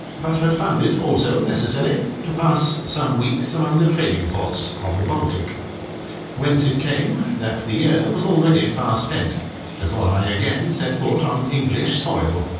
but had found it also necessary to pass some weeks among the trading ports of the baltic whence it came that the year was already far spent before i again set foot on english soil,